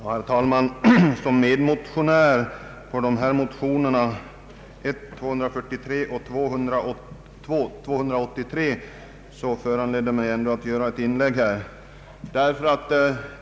Herr talman! Som medmotionär när det gäller dessa motioner — I: 243 och II: 283 — känner jag mig föranledd att göra ett inlägg i denna fråga.